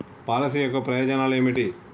Policy యొక్క ప్రయోజనాలు ఏమిటి?